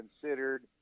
considered